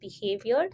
behavior